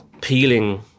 peeling